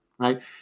right